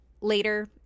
later